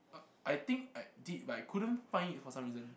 I I think I did but I couldn't find it for some reason